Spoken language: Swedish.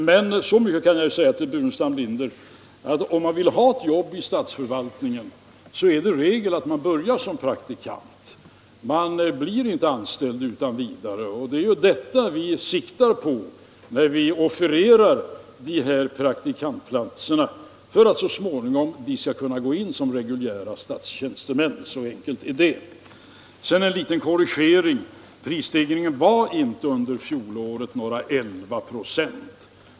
Men så mycket kan jag säga till herr Burenstam Linder att det är regel att den som vill ha ett jobb inom statsförvaltningen får börja som praktikant. Man blir inte anställd utan vidare, och det är detta vi knyter an till när vi offererar dessa praktikantplatser, vilkas innehavare så småningom skall kunna gå in som reguljära statstjänstemän. Sedan en liten korrigering: prisstegringen var inte under fjolåret 11 96.